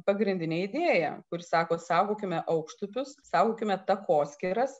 pagrindine idėja kuri sako saugokime aukštupius saugokime takoskyras